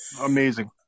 amazing